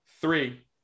three